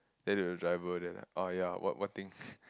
then I look at the driver then like orh ya what what thing